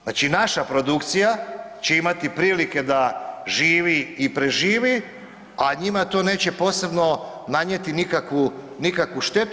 Znači naša produkcija će imati prilike da živi i preživi, a njima to neće posebno nanijeti nikakvu štetu.